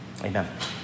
Amen